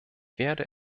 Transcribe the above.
werde